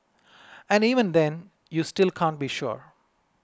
and even then you still can't be sure